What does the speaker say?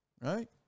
right